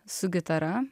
su gitara